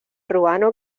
ruano